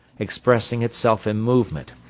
expressing itself in movement,